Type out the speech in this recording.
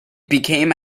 became